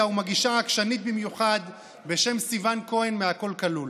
ומגישה עקשנית במיוחד בשם סיון כהן מ"הכול כלול".